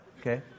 okay